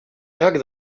jak